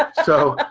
so.